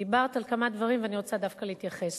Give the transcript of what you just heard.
דיברת על כמה דברים ואני רוצה דווקא להתייחס.